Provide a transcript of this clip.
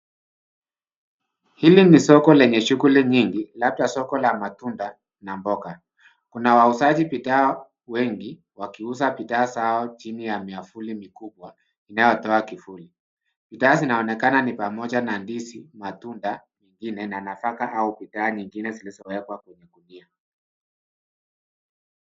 Hili ni soko lenye shughuli nyingi, labda soko la matunda na mboga. Kuna wauzaji bidhaa wengi, wakiuza bidhaa zao chini ya miavuli mikubwa, inayotoa kivuli. Bidhaa zinaonekana ni pamoja na ndizi, matunda nyingine na nafaka, au bidhaa nyingine zilizowekwa kwenye gunia.